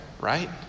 right